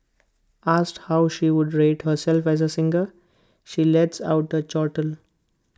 asked how she would rate herself as A singer she lets out A chortle